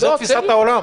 זאת תפיסת העולם.